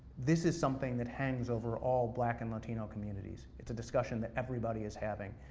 this is something that hangs over all black and latino communities, it's a discussion that everybody is having,